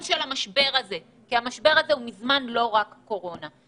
המשבר הזה שהוא מזמן כבר לא רק קורונה.